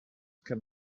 can